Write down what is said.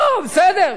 לא, בסדר.